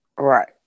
Right